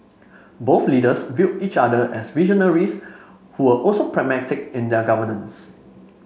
both leaders viewed each other as visionaries who were also pragmatic in their governance